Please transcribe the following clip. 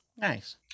Nice